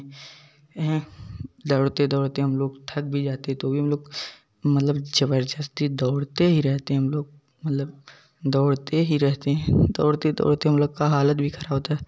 हैं दौड़ते दौड़ते हम लोग थक भी जाते तो भी हम लोग मतलब ज़बरदस्ती दौड़ते ही रहते हैं हम लोग मतलब दौड़ते ही रहते हैं दौड़ते दौड़ते हम लोगों का हालत भी ख़राब होता